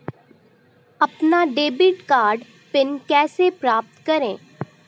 अपना debit card PIN कैसे प्राप्त करें?